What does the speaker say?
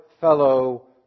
fellow